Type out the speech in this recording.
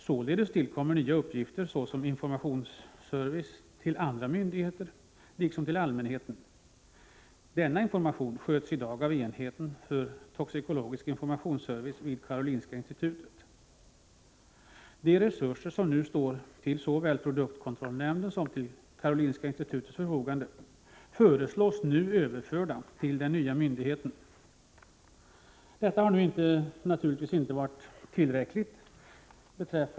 Således tillkommer nya uppgifter, såsom informationsservice till andra myndigheter liksom till allmänheten. Denna sköts i dag av enheten för toxikologisk informationsservice vid Karolinska institutet. De resurser som nu står till såväl produktkontrollnämndens som Karolinska institutets förfogande föreslås bli överförda till den nya myndigheten. Detta har naturligtvis inte varit tillräckligt.